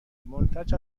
منتج